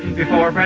before